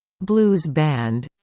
blues band